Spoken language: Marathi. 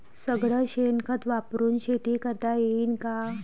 सगळं शेन खत वापरुन शेती करता येईन का?